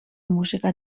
musika